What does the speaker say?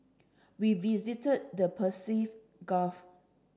we visited the Persian Gulf